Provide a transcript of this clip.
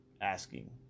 asking